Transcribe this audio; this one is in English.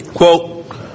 Quote